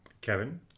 Kevin